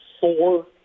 four